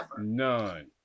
None